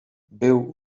był